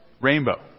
Rainbow